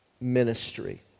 ministry